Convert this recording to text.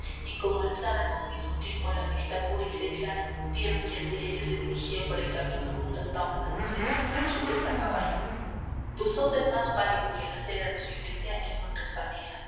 y como alzaran a un mismo tiempo la vista cura y seglar vieron que hacia ellos se dirigía por el camino hondo hasta una docena de franchutes a caballo púsose más pálido que la cera de su iglesia el buen respaldiza